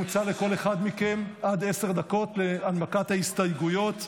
מוצעות לכל אחד מכם עד עשר דקות להנמקת ההסתייגויות.